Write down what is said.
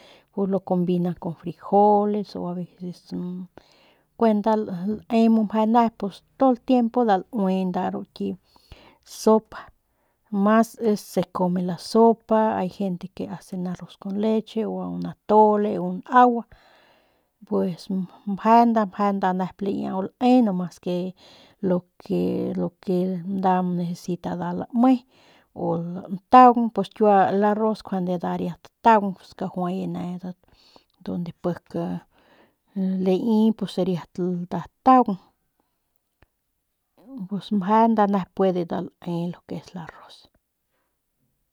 Pues lo conbina con frijoles o aveces kuent nda lae meje nep pues todo el tiempo nda laui ru ki sopa mas es se come la sopa ay gente que arroz con leche o un atole o un agua pues mje nda mje nep laiau le mas que lo que lo que nda necesita nda lame o lantaung pues kiua el arroz njuande nda ria taung pues kajuay ne donde pik lai pus riat nda taung pues meje nep nda puede nda ne lo que es el arroz.